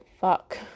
Fuck